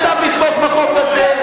הוא פוחד עכשיו לתמוך בחוק הזה,